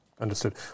understood